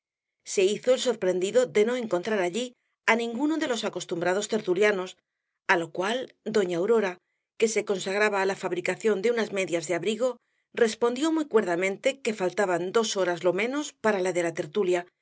se hizo el sorprendido de no encontrar allí á ninguno de los acostumbrados tertulianos á lo cual doña aurora que se consagraba á la fabricación de unas medias de abrigo respondió muy cuerdamente que faltaban dos horas lo menos para la de la tertulia